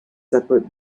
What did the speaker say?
separate